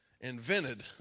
invented